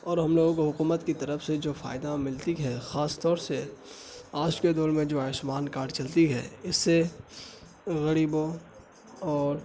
اور ہم لوگوں کو حکومت کی طرف سے جو فائدہ ملتی ہے خاص طور سے آج کے دوڑ میں جو آیوشمان کارڈ چلتی ہے اس سے غریبوں اور